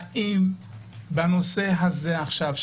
האם החוק שאנחנו דנים בו,